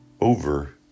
over